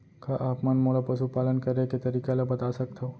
का आप मन मोला पशुपालन करे के तरीका ल बता सकथव?